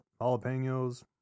jalapenos